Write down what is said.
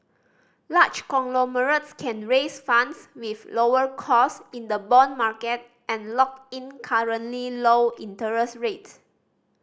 large conglomerates can raise funds with lower cost in the bond market and lock in currently low interest rates